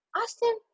Austin